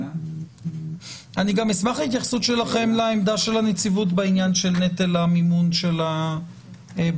אני גם אשמח להתייחסותכם לעמדת נציבות בעניין נטל מימון הבדיקות.